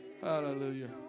Hallelujah